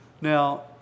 Now